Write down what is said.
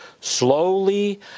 slowly